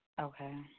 Okay